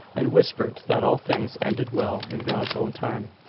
and whispered that all things ended well in god's own time.